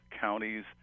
counties